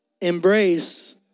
embrace